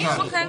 רצה.